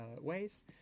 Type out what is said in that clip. ways